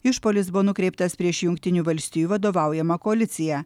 išpuolis buvo nukreiptas prieš jungtinių valstijų vadovaujamą koaliciją